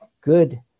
good